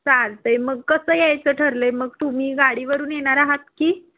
चालतं आहे मग कसं यायचं ठरलं आहे मग तुम्ही गाडीवरून येणार आहात की